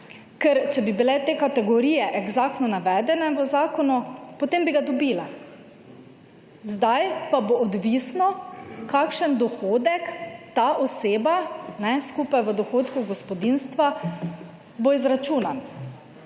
Ker če bi bile te kategorije eksaktno navedene v zakonu potem bi ga dobile. Sedaj pa bo odvisno kakšen dohodek ta oseba skupaj v dohodku gospodinjstva bo izračunan.